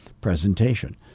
presentation